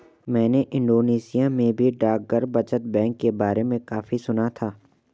मैंने इंडोनेशिया में भी डाकघर बचत बैंक के बारे में काफी सुना था